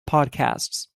podcasts